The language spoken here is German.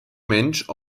mensch